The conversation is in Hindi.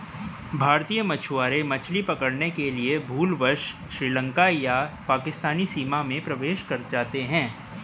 भारतीय मछुआरे मछली पकड़ने के लिए भूलवश श्रीलंका या पाकिस्तानी सीमा में प्रवेश कर जाते हैं